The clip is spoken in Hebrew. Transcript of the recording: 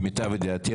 למיטב ידיעתי,